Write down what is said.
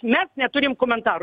mes neturim komentarų